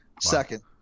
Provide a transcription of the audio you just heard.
Second